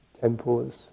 temples